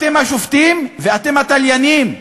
אתם השופטים ואתם התליינים.